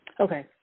Okay